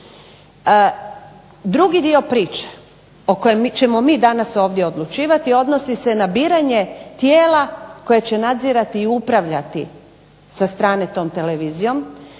Drugi dio priče o kojem ćemo mi danas ovdje odlučivati odnosi se na biranje tijela koje će nadzirati i upravljati sa strane tom televizijom,